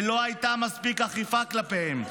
ולא הייתה מספיק האכיפה כלפיהם.